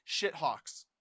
shithawks